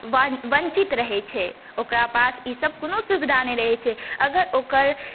वञ्चित रहै छै ओकरा पास ईसब कोनो सुविधा नहि रहै छै अगर ओकर